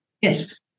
Yes